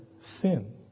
sin